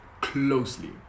Closely